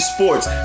Sports